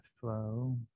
flow